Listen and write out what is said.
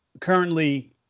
currently